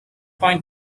point